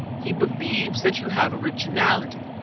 he believes that you have originality,